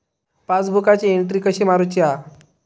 पासबुकाची एन्ट्री कशी मारुची हा?